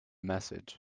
message